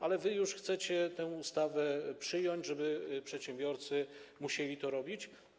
Ale wy już chcecie tę ustawę przyjąć, żeby przedsiębiorcy musieli to robić.